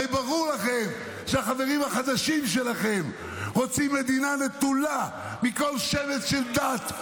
הרי ברור לכם שהחברים החדשים שלכם רוצים מדינה נטולה מכל שמץ של דת,